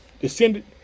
descended